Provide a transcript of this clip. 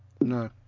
No